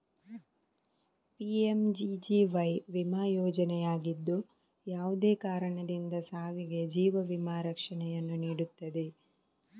PMGGY ವಿಮಾ ಯೋಜನೆಯಾಗಿದ್ದು, ಯಾವುದೇ ಕಾರಣದಿಂದ ಸಾವಿಗೆ ಜೀವ ವಿಮಾ ರಕ್ಷಣೆಯನ್ನು ನೀಡುತ್ತದೆ